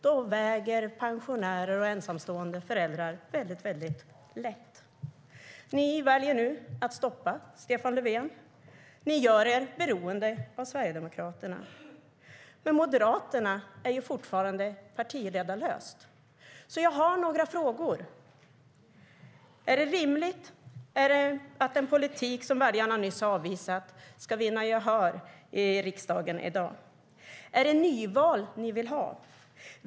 Då väger pensionärer och ensamstående föräldrar väldigt lätt. Ni väljer nu att stoppa Stefan Löfven. Ni gör er beroende av Sverigedemokraterna.Moderaterna är fortfarande partiledarlöst. Jag har några frågor. Är det rimligt att en politik som väljarna nyss har avvisat ska vinna gehör i riksdagen i dag? Är det nyval ni vill ha?